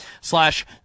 slash